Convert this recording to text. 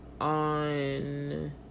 on